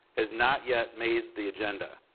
has not yet made the agenda.